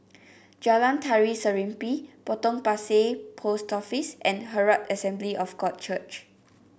Jalan Tari Serimpi Potong Pasir Post Office and Herald Assembly of God Church